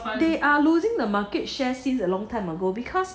they are losing the market share since a long time ago because